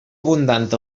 abundant